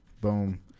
Boom